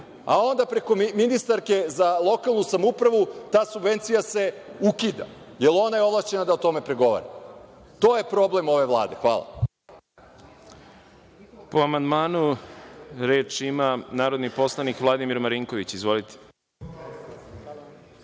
a onda preko ministarke za lokalnu samoupravu, ta subvencija se ukida, jer ona je ovlašćena da o tome pregovara. To je problem ove Vlade. Hvala. **Đorđe Milićević** Po amandmanu, reč ima narodni poslanik Vladimir Marinković. Izvolite.